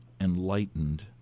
enlightened